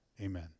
Amen